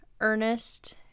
Ernest